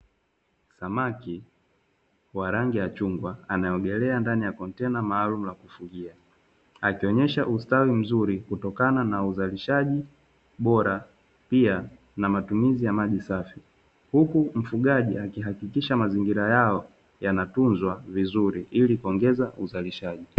Samaki wa rangi ya chungwa anaogelea ndani ya kontena maalumu la kufugia, akionesha ustawi mzuri kutokana na uzalishaji bora pia na matumizi ya maji safi. Huku mfugaji akihakikisha mazingira yao yanatunzwa vizuri ili kuongeza uzalishaji.